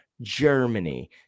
Germany